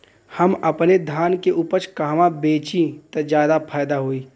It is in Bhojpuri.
हम अपने धान के उपज कहवा बेंचि त ज्यादा फैदा होई?